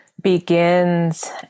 begins